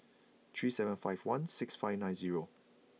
three seven five one six five nine zero